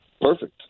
Perfect